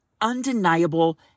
undeniable